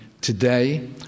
today